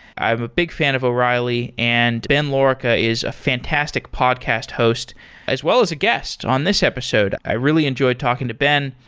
i'm a big fan of o'reilly, and ben lorica is a fantastic podcast host as well as a guest on this episode. i really enjoyed talking to ben,